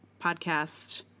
podcast